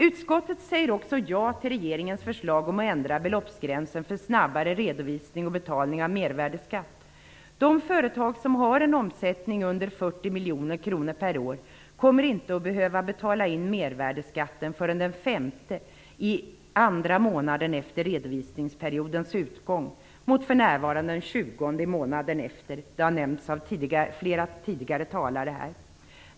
Utskottet säger också ja till regeringens förslag om ändrad beloppsgräns för snabbare redovisning och betalning av mervärdesskatt. De företag som har en omsättning under 40 miljoner kronor per år kommer inte att behöva betala in mervärdesskatten förrän den 5 i andra månaden efter redovisningsperiodens utgång - inte, som för närvarande, den 20 i månaden efter redovisningsperioden. Detta har nämnts av flera talare tidigare här.